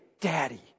Daddy